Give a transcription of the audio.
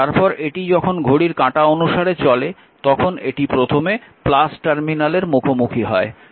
তারপর এটি যখন ঘড়ির কাঁটা অনুসারে চলে তখন এটি প্রথমে টার্মিনালের মুখোমুখি হয়